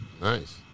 Nice